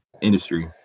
industry